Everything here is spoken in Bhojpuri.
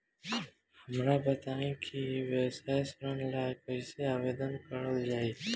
हमरा बताई कि व्यवसाय ऋण ला कइसे आवेदन करल जाई?